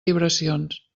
vibracions